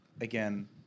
Again